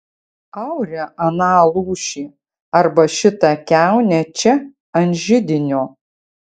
aure aną lūšį arba šitą kiaunę čia ant židinio